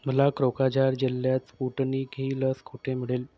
मला क्रोकाझार जिल्ह्यात स्पुटनिक ही लस कुठे मिळेल